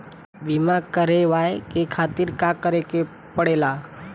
बीमा करेवाए के खातिर का करे के पड़ेला?